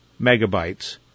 megabytes